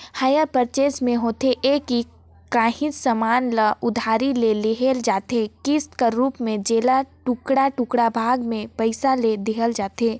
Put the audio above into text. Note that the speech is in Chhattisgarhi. हायर परचेस में होथे ए कि काहींच समान ल उधारी में लेहल जाथे किस्त कर रूप में जेला टुड़का टुड़का भाग में पइसा ल देहल जाथे